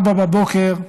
04:00,